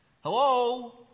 Hello